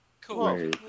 Cool